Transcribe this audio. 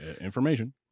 Information